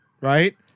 right